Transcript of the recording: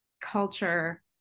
culture